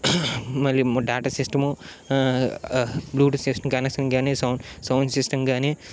మళ్ళీ data system bluetooth system connection కానీ కనీసం సౌండ్ సిస్టమ్ కానీ